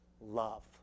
Love